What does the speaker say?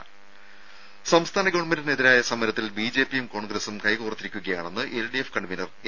രുഭ സംസ്ഥാന ഗവൺമെന്റിനെതിരായ സമരത്തിൽ ബിജെപിയും കോൺഗ്രസും കൈകോർത്തിരിക്കുകയാണെന്ന് എൽഡിഎഫ് കൺവീനർ എ